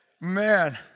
Man